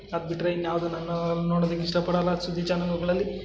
ಅದು ಬಿಟ್ಟರೆ ಇನ್ನು ಯಾವುದೂ ನಾನು ನೋಡೋದಕ್ಕೆ ಇಷ್ಟಪಡೋಲ್ಲ ಅದು ಸುದ್ದಿ ಚಾನಲ್ಲುಗಳಲ್ಲಿ